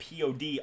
pod